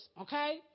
okay